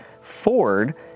Ford